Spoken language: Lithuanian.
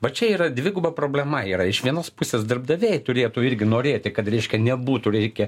vat čia yra dviguba problema yra iš vienos pusės darbdaviai turėtų irgi norėti kad reiškia nebūtų reikia